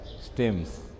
stems